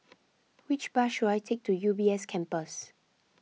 which bus should I take to U B S Campus